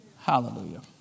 Hallelujah